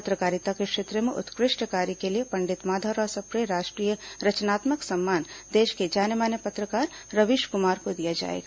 पत्रकारिता के क्षेत्र में उत्कृष्ट कार्य के लिए पंडित माधवराव सप्रे राष्ट्रीय रचनात्मक सम्मान देश के जाने माने पत्रकार रवीश कुमार को दिया जाएगा